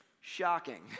Shocking